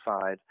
side